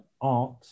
art